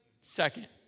Second